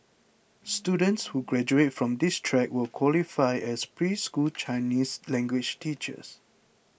students who graduate from this track will qualify as preschool Chinese language teachers